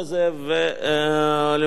ולמעשה,